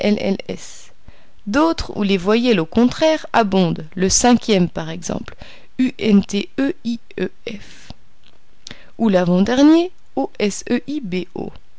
d'autres où les voyelles au contraire abondent le cinquième par exemple unteief ou l'avant-dernier